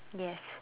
yes